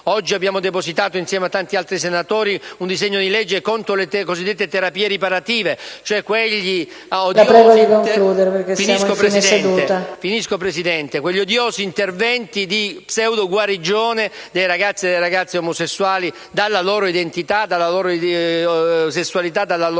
Oggi abbiamo depositato, insieme a tanti altri senatori, un disegno di legge contro le cosiddette terapie riparative, quegli odiosi interventi di pseudo-guarigione dei ragazzi e delle ragazze omosessuali dalla loro identità, sessualità e personalità.